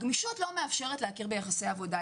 היא שמודל הגמישות לא מאפשר להכיר ביחסי עבודה.